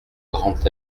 grand